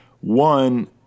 One